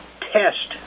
test